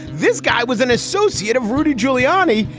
this guy was an associate of rudy giuliani.